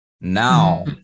Now